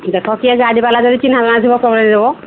ଦେଖ କିଏ ଗାଡ଼ିବାଲା ଯଦି ଚିହ୍ନାଜଣା ଥିବ ଚଳେଇଦେବ